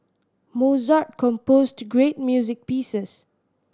Mozart composed great music pieces